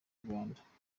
rwanda